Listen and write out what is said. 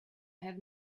have